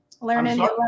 learning